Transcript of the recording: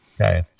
Okay